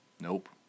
Nope